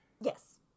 Yes